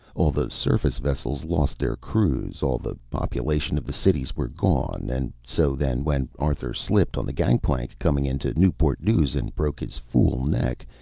all the surface vessels lost their crews. all the population of the cities were gone. and so then, when arthur slipped on the gangplank coming into newport news and broke his fool neck,